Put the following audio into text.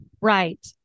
right